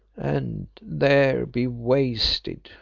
and there be wasted,